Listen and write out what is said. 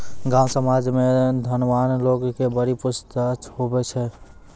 गाँव समाज मे धनवान लोग के बड़ी पुछ हुवै छै